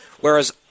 whereas